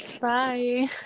bye